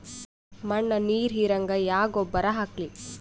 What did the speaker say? ಮಣ್ಣ ನೀರ ಹೀರಂಗ ಯಾ ಗೊಬ್ಬರ ಹಾಕ್ಲಿ?